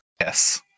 Yes